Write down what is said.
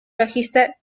bajista